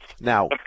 Now